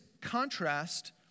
contrast